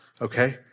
okay